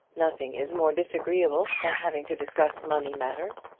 nothing is more disagreeable than having to discuss money matters.